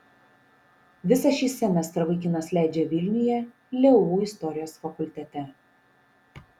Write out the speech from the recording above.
visą šį semestrą vaikinas leidžia vilniuje leu istorijos fakultete